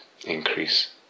increase